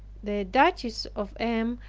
the duchess of m.